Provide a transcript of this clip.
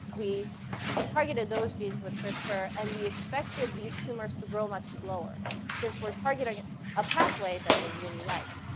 we targeted those genes with crispr. and we expected these tumors to grow much slower since we're targeting a pathway that they really like.